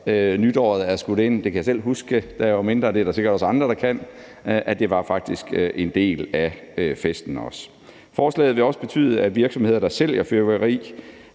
nytåret er skudt ind. Jeg kan selv huske det, da jeg var mindre, og det er der sikkert også andre der kan, at det faktisk også var en del af festen. Forslaget vil også betyde, at de virksomheder, der sælger fyrværkeri,